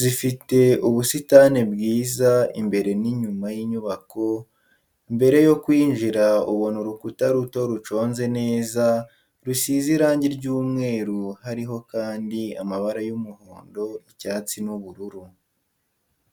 zifite ubusitani bwiza imbere n'inyuma y'inyubako, mbere yo kwinjira ubona urukuta ruto ruconze neza rusize irangi ry'umweru hariho kandi amabara y'umuhondo icyatsi n'ubururu.